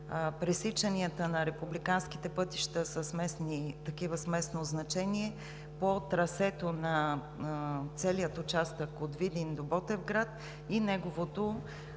пресичанията на републиканските пътища с такива от местно значение по трасето на целия участък от Видин до Ботевград, неговото